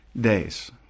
days